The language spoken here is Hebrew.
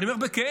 אני אומר בכאב,